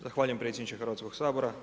Zahvaljujem predsjedniče Hrvatskog sabora.